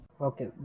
Okay